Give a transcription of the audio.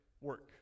work